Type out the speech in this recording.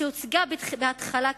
שהוצגה בהתחלה,